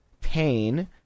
pain